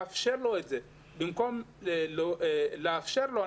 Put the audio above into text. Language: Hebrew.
במקום לאפשר לו,